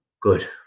good